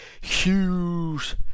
huge